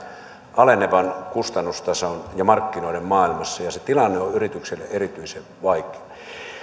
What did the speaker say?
alenevan kustannustason ja markkinoiden maailmassa ja ja se tilanne on yrityksille erityisen vaikea